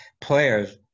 players